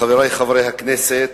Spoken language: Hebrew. חברי חברי הכנסת,